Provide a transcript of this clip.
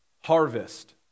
harvest